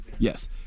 Yes